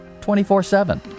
24-7